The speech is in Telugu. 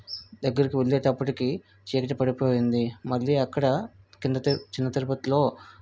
దగ్గరికి వెళ్ళేటప్పటికీ చీకటి పడిపోయింది మళ్ళీ అక్కడ కింద తి చిన్న తిరుపతిలో